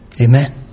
Amen